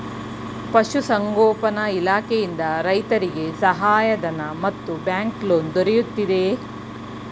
ಪಶು ಸಂಗೋಪನಾ ಇಲಾಖೆಯಿಂದ ರೈತರಿಗೆ ಸಹಾಯ ಧನ ಮತ್ತು ಬ್ಯಾಂಕ್ ಲೋನ್ ದೊರೆಯುತ್ತಿದೆಯೇ?